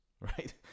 Right